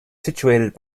situated